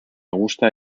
gusta